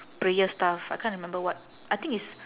prayer stuff I can't remember what I think it's